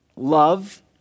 love